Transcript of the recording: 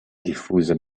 diffusa